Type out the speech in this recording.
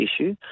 issue